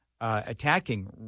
attacking